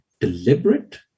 deliberate